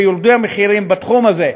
וירדו המחירים בתחום הזה.